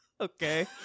Okay